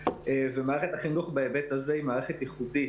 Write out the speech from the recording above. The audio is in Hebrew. מערכת החינוך בהיבט הזה היא מערכת ייחודית,